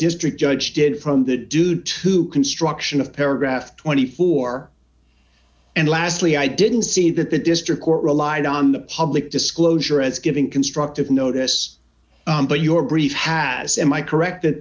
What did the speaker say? district judge did from the due to construction of paragraph twenty four and lastly i didn't see that the district court relied on public disclosure as giving constructive notice but your brief has am i correct that